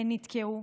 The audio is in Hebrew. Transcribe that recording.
נתקעו,